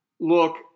Look